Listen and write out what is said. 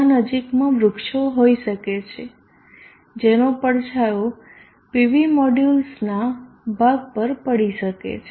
ત્યાં નજીકમાં વૃક્ષો હોઈ શકે છે જેનો પડછાયો PV મોડ્યુલસના ભાગ પર પડી શકે છે